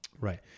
right